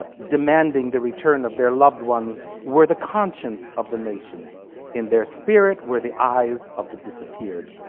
ah demanding the return of their loved ones were the conscience of the nation in their spirit where the eyes of the disappeared.